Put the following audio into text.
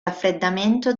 raffreddamento